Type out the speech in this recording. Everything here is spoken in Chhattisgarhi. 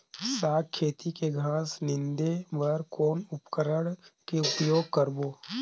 साग खेती के घास निंदे बर कौन उपकरण के उपयोग करबो?